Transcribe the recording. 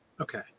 Okay